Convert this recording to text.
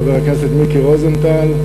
חבר הכנסת מיקי רוזנטל.